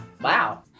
Wow